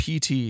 PT